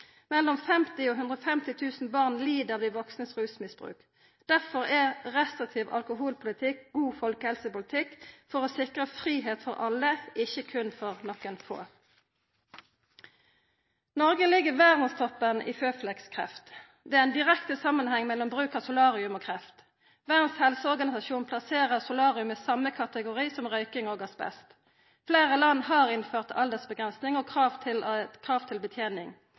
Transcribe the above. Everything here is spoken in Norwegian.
Mellom 50 000 og 150 000 barn lir på grunn av vaksne sitt rusmisbruk. Derfor er restriktiv alkoholpolitikk god folkehelsepolitikk for å sikra fridom for alle, ikkje berre for nokon få. Noreg ligg i verdstoppen når det gjeld føflekkskreft. Det er ein direkte samanheng mellom bruk av solarium og kreft. Verdas helseorganisasjon plasserer solarium i same kategori som røyking og asbest. Fleire land har innført aldersavgrensing og krav til